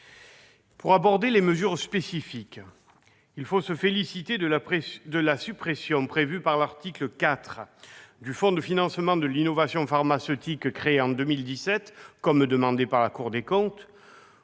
Pour aborder les mesures spécifiques, il faut se féliciter de la suppression, prévue à l'article 4, du fonds pour le financement de l'innovation pharmaceutique, créé en 2017, comme demandé par la Cour des comptes.